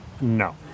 No